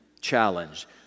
challenge